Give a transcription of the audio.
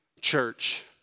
church